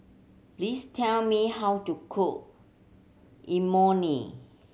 please tell me how to cook Imoni